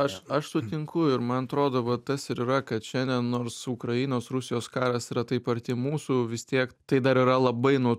aš aš sutinku ir man atrodo va tas ir yra kad šiandien nors ukrainos rusijos karas yra taip arti mūsų vis tiek tai dar yra labai nuo